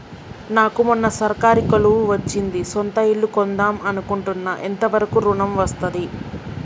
నాకు మొన్న సర్కారీ కొలువు వచ్చింది సొంత ఇల్లు కొన్దాం అనుకుంటున్నా ఎంత వరకు ఋణం వస్తది?